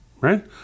right